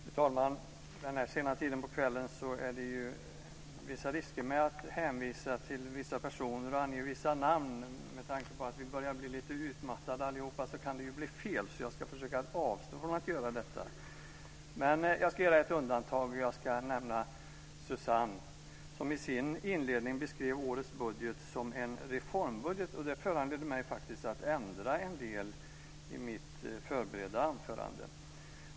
Fru talman! Så här sent på kvällen är det vissa risker med att hänvisa till vissa personer och ange vissa namn med tanke på att vi börjar bli lite utmattade allihop, och då kan det bli fel. Jag ska därför försöka avstå från att göra det. Men jag ska göra ett undantag, och jag ska nämna Susanne Eberstein som i sin inledning beskrev årets budget som en reformbudget, och det föranledde faktiskt mig att ändra en del i mitt förberedda anförande.